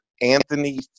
Anthony